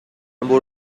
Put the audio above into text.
برو